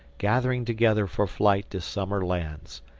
gathering together for flight to summer lands.